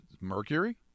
Mercury